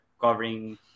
covering